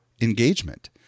engagement